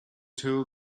tool